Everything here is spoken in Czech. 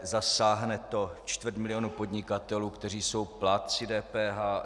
Zasáhne to čtvrt milionu podnikatelů, kteří jsou plátci DPH.